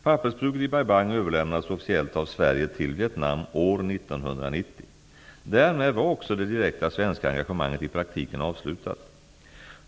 Pappersbruket i Bai Bang överlämnades officiellt av Sverige till Vietnam år 1990. Därmed var också det direkta svenska engagemanget i praktiken avslutat.